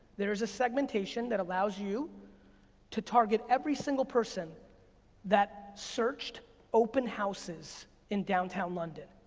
there is a segmentation that allows you to target every single person that searched open houses in downtown london.